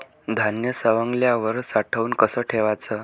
धान्य सवंगल्यावर साठवून कस ठेवाच?